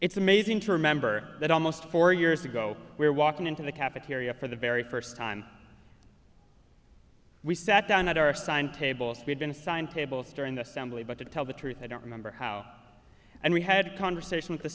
it's amazing to remember that almost four years ago we were walking into the cafeteria for the very first time we sat down at our assigned tables we'd been assigned tables during the assembly but to tell the truth i don't remember how and we had a conversation with the